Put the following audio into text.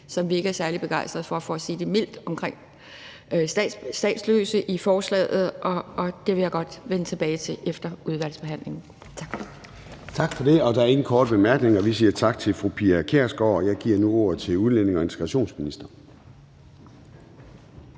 som vi ikke er særlig begejstret for, for at sige det mildt, omkring statsløse i forslaget, og det vil jeg godt vende tilbage til efter udvalgsbehandlingen. Tak. Kl. 10:27 Formanden (Søren Gade): Tak for det. Der er ingen korte bemærkninger, så vi siger tak til fru Pia Kjærsgaard. Jeg giver nu ordet til udlændinge- og integrationsministeren.